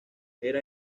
era